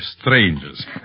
strangers